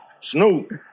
Snoop